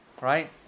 right